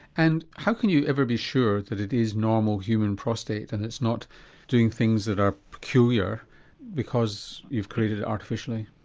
and how can you ever be sure that it is normal human prostate and it's not doing things that are peculiar because you've created artificially?